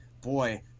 Boy